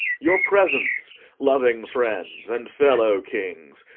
your presence, loving friends and fellow-kings,